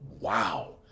Wow